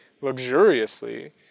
luxuriously